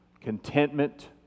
contentment